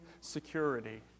security